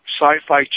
Sci-Fi